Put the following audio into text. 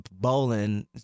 bowling